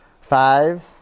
Five